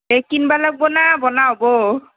এ কিনিব লাগিব না বনা হ'ব